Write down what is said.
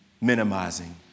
minimizing